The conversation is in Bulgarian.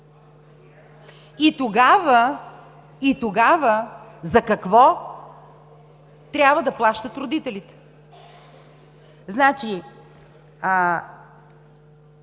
И тогава, за какво трябва да плащат родителите?